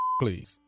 please